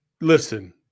Listen